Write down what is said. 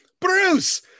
Bruce